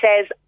says